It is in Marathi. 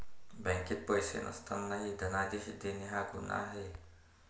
बँकेत पैसे नसतानाही धनादेश देणे हा गुन्हा आहे